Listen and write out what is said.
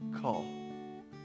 call